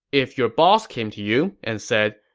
if your boss came to you and said,